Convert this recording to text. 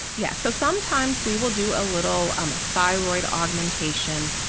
yes, so sometimes we will do a little um thyroid augmentation,